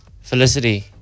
Felicity